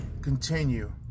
continue